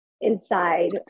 inside